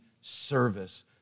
service